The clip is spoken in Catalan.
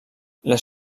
les